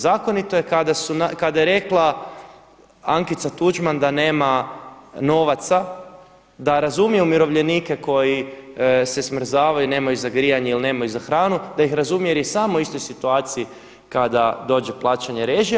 Zakonito je kada je rekla Ankica Tuđman da nema novaca, da razumije umirovljenike koji se smrzavaju, nemaju za grijanje ili nemaju za hranu, da ih razumije jer je i sam u istoj situaciji kada dođe plaćanje režija.